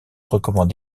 recommande